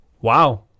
wow